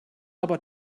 aber